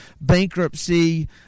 bankruptcy